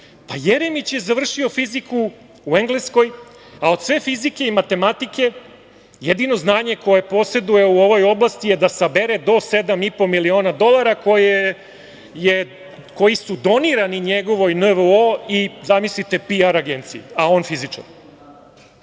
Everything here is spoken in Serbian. Pa, Jeremić je završio fiziku u Engleskoj, a od sve fizike i matematike jedino znanje koje poseduje u ovoj oblasti je da sabere do 7,5 miliona dolara koji su donirani njegovoj NVO i zamislite PR agenciji, a on fizičar.Međutim,